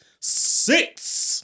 six